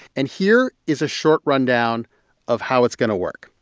and here is a short rundown of how it's going to work.